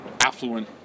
affluent